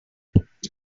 thousands